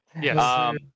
Yes